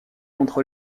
contre